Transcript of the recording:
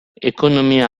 ekonomia